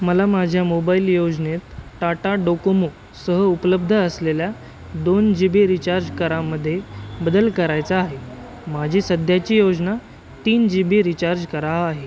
मला माझ्या मोबाइल योजनेत टाटा डोकोमो सह उपलब्ध असलेल्या दोन जि बि रीचार्ज करामध्ये बदल करायचा आहे माझी सध्याची योजना तीन जि बि रीचार्ज करा आहे